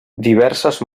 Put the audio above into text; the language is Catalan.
diverses